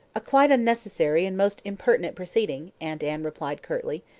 a quite unnecessary and most impertinent proceeding, aunt anne replied curtly.